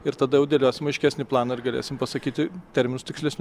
ir tada jau dėliosim aiškesnį planą ir galėsim pasakyti terminus tikslesnius